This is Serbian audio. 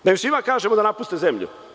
Da im kažemo da napuste zemlju?